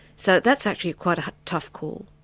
so that's actually quite a tough call.